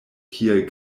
kiel